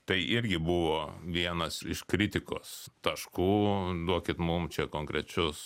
tai irgi buvo vienas iš kritikos taškų duokit mum čia konkrečius